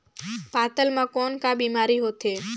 पातल म कौन का बीमारी होथे?